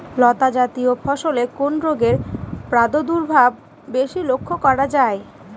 লতাজাতীয় ফসলে কোন রোগের প্রাদুর্ভাব বেশি লক্ষ্য করা যায়?